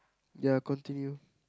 ya continue